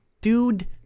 dude